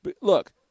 Look